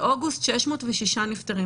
באוגוסט 606 נפטרים,